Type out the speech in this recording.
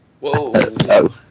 Whoa